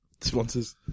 Sponsors